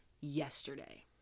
yesterday